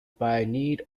pioneer